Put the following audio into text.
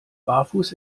barfuß